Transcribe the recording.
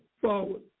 forward